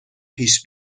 پیش